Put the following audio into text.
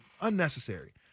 unnecessary